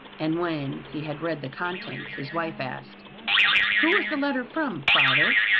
and when he had read the contents his wife asked who is the letter from, father?